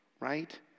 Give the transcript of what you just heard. right